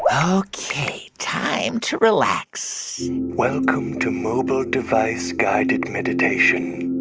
ok, time to relax welcome to mobile device guided meditation.